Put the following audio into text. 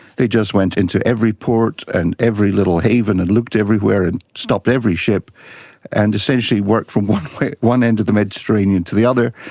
they just went into every port and every little haven and looked everywhere and stopped every ship and essentially worked from one one end of the mediterranean to the other.